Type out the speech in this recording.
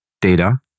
data